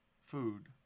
food